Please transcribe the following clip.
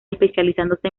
especializándose